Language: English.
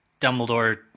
Dumbledore